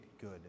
good